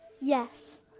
Yes